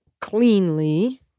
cleanly